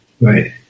Right